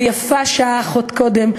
ויפה שעה אחת קודם,